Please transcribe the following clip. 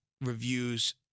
reviews